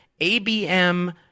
ABM